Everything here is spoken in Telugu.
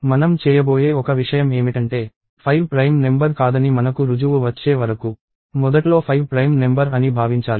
మనం చేయబోయే ఒక విషయం ఏమిటంటే 5 ప్రైమ్ నెంబర్ కాదని మనకు రుజువు వచ్చే వరకు మొదట్లో 5 ప్రైమ్ నెంబర్ అని భావించాలి